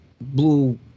blue